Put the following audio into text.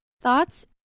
Thoughts